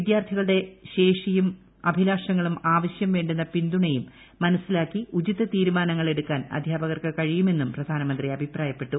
വിദ്യാർത്ഥികളുടെ ശേഷിയും അഭിലാഷങ്ങളും ആവശൃം വേണ്ടുന്ന പിന്തുണയും മനസ്സിലാക്കി ഉചിത തീരുമാനങ്ങൾ എടുക്കാൻ അധ്യാപകർക്ക് കഴിയുമെന്നും പ്രധാനമന്ത്രി അഭിപ്രായപ്പെട്ടു